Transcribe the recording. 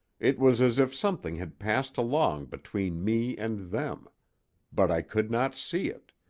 it was as if something had passed along between me and them but i could not see it,